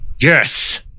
yes